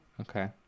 Okay